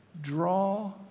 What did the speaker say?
Draw